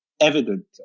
evident